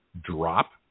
drop